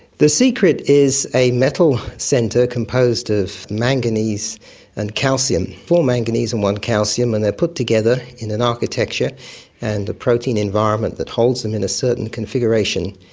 the secret is a metal centre composed of manganese and calcium, four manganese and one calcium, and they are put together in an architecture and a protein environment that holds them in a certain configuration,